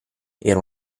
era